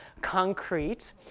concrete